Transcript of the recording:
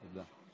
תודה.